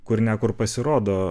kur ne kur pasirodo